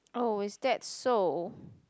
oh is that so